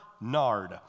nard